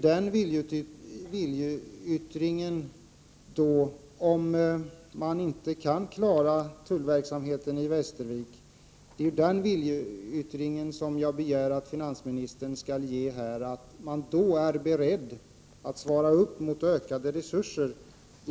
Den viljeyttring som jag här begär är att regeringen är beredd att, för den händelse att tullverksamheten i Västervik inte kan klaras, tillskjuta ytterligare resurser.